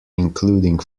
including